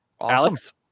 Alex